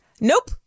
Nope